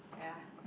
ya